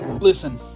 listen